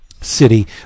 city